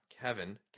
Kevin